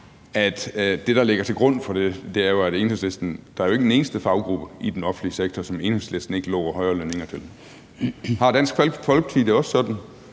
har forhandlet sig til – er, at der jo ikke er en eneste faggruppe i den offentlige sektor, som Enhedslisten ikke lover højere lønninger til. Har Dansk Folkeparti det også sådan,